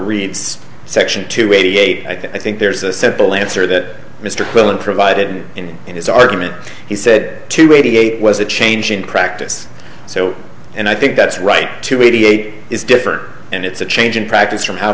reads section two eighty eight i think there's a simple answer that mr killen provided in his argument he said to radiate was a change in practice so and i think that's right to mediate is different and it's a change in practice from how